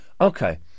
Okay